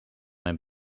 mijn